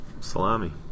Salami